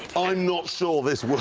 i'm not sure this works.